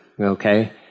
Okay